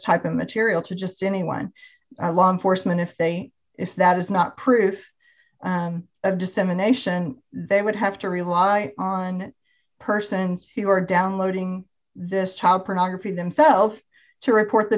type of material to just anyone law enforcement if they if that is not proof of dissemination they would have to rely on persons who were downloading this child pornography themselves to report the